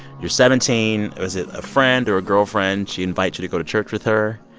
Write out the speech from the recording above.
you're seventeen. was it a friend or a girlfriend she invites you to go to church with her?